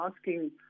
asking